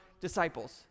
disciples